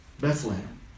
Bethlehem